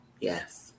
yes